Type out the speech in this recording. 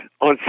on